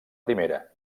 primera